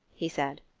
he said.